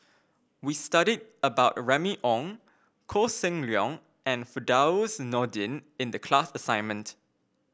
we studied about Remy Ong Koh Seng Leong and Firdaus Nordin in the class assignment